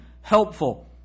helpful